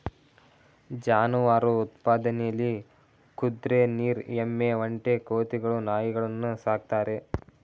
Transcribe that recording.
ಜಾನುವಾರು ಉತ್ಪಾದನೆಲಿ ಕುದ್ರೆ ನೀರ್ ಎಮ್ಮೆ ಒಂಟೆ ಕೋತಿಗಳು ನಾಯಿಗಳನ್ನು ಸಾಕ್ತಾರೆ